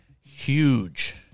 Huge